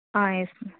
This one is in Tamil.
ah yes ma'am